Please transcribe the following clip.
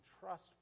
trust